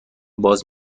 باز